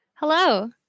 Hello